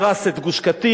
הרס את גוש-קטיף,